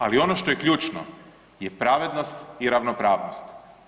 Ali ono što je ključno je pravednost i ravnopravnost.